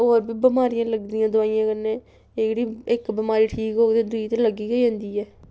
होर बी बमारियां लगदियां दोआइयें कन्नै एह्गड़ी इक बमारी ठीक होग ते दूई ते लग्गी गै जंदी ऐ